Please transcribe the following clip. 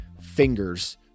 Fingers